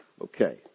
Okay